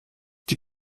die